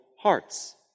hearts